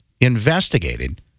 investigated